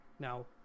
Now